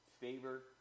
favor